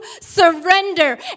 surrender